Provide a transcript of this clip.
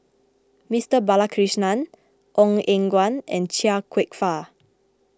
Mister Balakrishnan Ong Eng Guan and Chia Kwek Fah